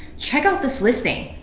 check out this listing.